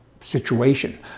situation